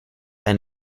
and